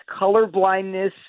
colorblindness